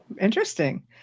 Interesting